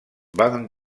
van